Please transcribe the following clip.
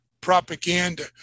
propaganda